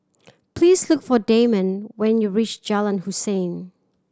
please look for Dameon when you reach Jalan Hussein